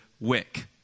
wick